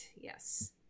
Yes